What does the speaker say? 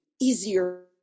easier